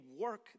work